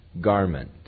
garment